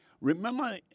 Remember